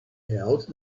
held